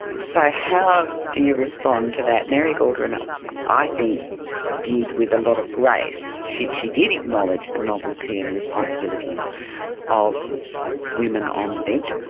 so how do you respond to that? mary gaudron i think did with a lot of grace. she she did acknowledge the novelty and responsibilities of women on the bench,